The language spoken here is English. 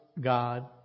God